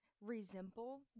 resemble